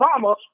obama